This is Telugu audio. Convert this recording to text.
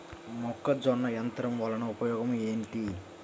మొక్కజొన్న యంత్రం వలన ఉపయోగము ఏంటి?